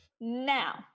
Now